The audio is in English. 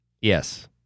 Yes